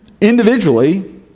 Individually